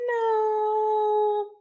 no